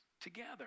together